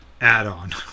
add-on